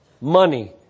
money